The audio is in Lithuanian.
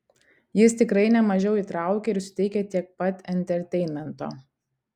jis tikrai nemažiau įtraukia ir suteikia tiek pat enterteinmento